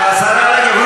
השרה רגב,